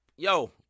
Yo